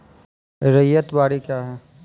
रैयत बाड़ी क्या हैं?